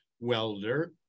welder